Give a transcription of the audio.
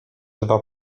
dwa